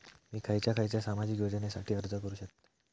मी खयच्या खयच्या सामाजिक योजनेसाठी अर्ज करू शकतय?